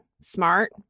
smart